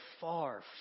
far